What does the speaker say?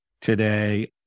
today